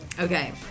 okay